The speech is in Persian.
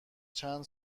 چند